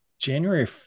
january